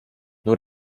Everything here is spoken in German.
nur